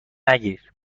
نگیر